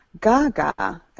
Gaga